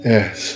Yes